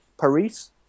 Paris